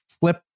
flip